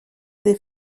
des